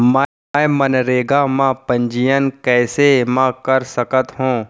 मैं मनरेगा म पंजीयन कैसे म कर सकत हो?